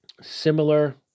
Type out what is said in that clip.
Similar